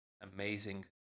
amazing